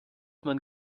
man